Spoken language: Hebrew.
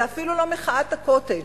זה אפילו לא מחאת ה"קוטג'",